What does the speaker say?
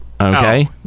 Okay